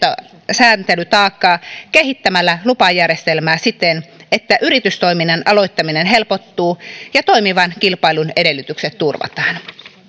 sääntelytaakkaa kehittämällä lupajärjestelmää siten että yritystoiminnan aloittaminen helpottuu ja toimivan kilpailun edellytykset turvataan